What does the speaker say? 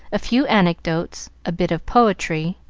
a few anecdotes, a bit of poetry,